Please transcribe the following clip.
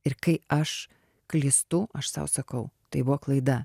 ir kai aš klystu aš sau sakau tai buvo klaida